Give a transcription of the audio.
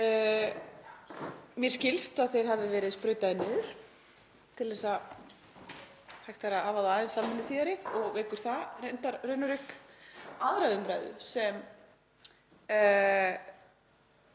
Mér skilst að þeir hafi verið sprautaðir niður til að hægt væri að hafa þá aðeins samvinnuþýðari og vekur það raunar upp aðra umræðu sem